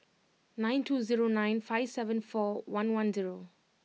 nine two zero nine five seven four one one zero